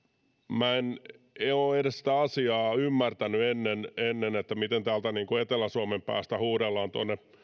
minä en ole sitä asiaa edes ymmärtänyt ennen ennen miten täältä etelä suomen päästä huudellaan tuonne